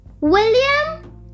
William